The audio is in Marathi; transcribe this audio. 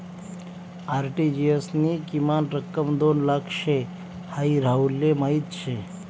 आर.टी.जी.एस नी किमान रक्कम दोन लाख शे हाई राहुलले माहीत शे